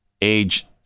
age